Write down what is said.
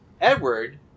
Edward